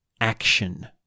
action